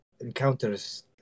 encounters